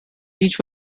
each